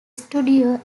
studio